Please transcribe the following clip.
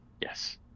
yes